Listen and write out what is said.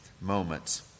moments